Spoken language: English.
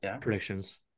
predictions